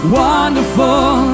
wonderful